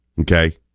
Okay